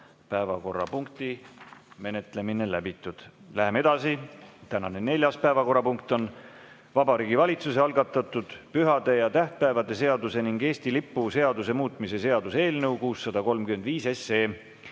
Piret Hartmani. Läheme edasi. Tänane neljas päevakorrapunkt on Vabariigi Valitsuse algatatud pühade ja tähtpäevade seaduse ning Eesti lipu seaduse muutmise seaduse eelnõu 635